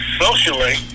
socially